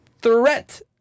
Threat